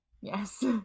Yes